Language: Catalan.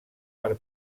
per